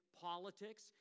politics